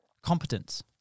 competence